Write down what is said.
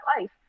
Life